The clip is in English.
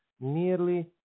nearly